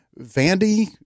Vandy